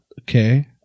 Okay